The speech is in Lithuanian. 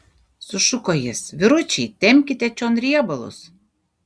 sušuko jis vyručiai tempkite čion riebalus